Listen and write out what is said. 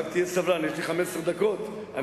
יש לי עוד 15 דקות,